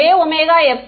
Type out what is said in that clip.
மாணவர் Esz